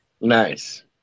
nice